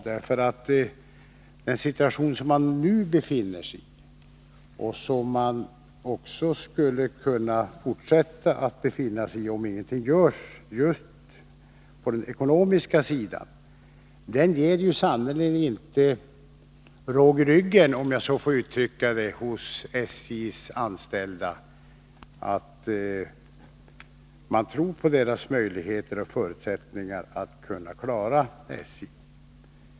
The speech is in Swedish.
Den situation man nu befinner sig i — och som man kan fortsätta att befinna sig i om ingenting görs på den ekonomiska sidan — ger sannerligen inte SJ:s anställda råg i ryggen, om jag så får uttrycka det. Den visar inte att man tror på deras möjligheter och förutsättningar att klara SJ.